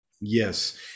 yes